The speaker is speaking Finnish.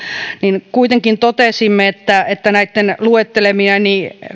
niin kuitenkin totesimme että että näitten luettelemieni